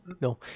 No